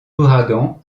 ouragan